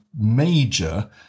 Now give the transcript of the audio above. major